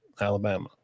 alabama